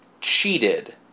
cheated